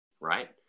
right